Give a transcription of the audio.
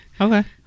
Okay